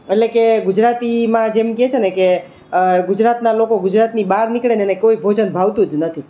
એટલે કે ગુજરાતીમાં જેમ કહે છે ને કે ગુજરાતના લોકો ગુજરાતની બહાર નીકળેને કોઈ ભોજન ભાવતું જ નથી